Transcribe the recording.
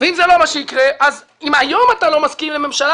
ואם זה לא מה שיקרה אז אם היום אתה לא מסכים לממשלה